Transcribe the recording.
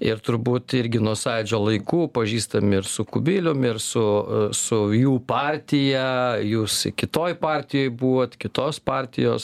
ir turbūt irgi nuo sąjūdžio laikų pažįstami ir su kubilium ir su su jų partija jūs kitoj partijoj buvot kitos partijos